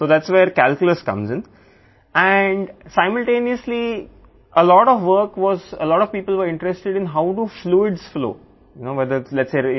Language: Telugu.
కాబట్టి అక్కడే క్యాల్కులస్ వస్తుంది మరియు ఒకేసారి చాలా పని ఉంది చాలా మందికి ద్రవాలు ఎలా ప్రవహిస్తాయనే దానిపై ఆసక్తి ఉంది